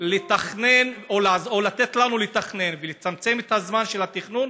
לתכנן או לתת לנו לתכנן ולצמצם את זמן התכנון,